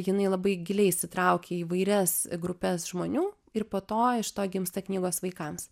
jinai labai giliai įsitraukė į įvairias grupes žmonių ir po to iš to gimsta knygos vaikams